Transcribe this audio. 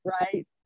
right